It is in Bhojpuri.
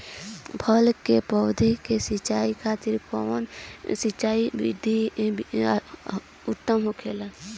फल के पौधो के सिंचाई खातिर कउन सिंचाई विधि उत्तम होखेला?